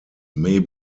may